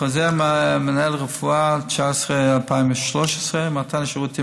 חוזר מינהל רפואה 19/2013: מתן השירותים